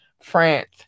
France